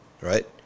right